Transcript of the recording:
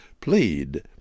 Plead